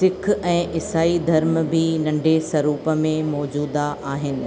सिख ऐं ईसाई धर्म बि नंढे स्वरूप में मौजूदा आहिनि